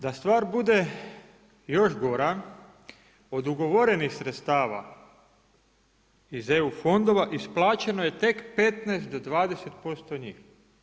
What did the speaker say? Da star bude još gora od ugovorenih sredstava iz EU fondova isplaćeno je tek 15 do 20% njih.